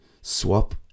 swap